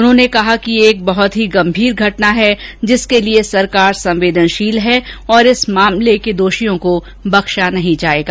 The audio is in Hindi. उन्होंने कहा कि ये एक बहुत ही गंभीर घटना है जिसके लिये सरकार संवेदनशील है और इस मामले में दोषियों को बख्शा नहीं जायेगा